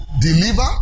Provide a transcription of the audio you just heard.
deliver